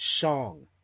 song